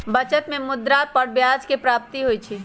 बचत में मुद्रा पर ब्याज के प्राप्ति होइ छइ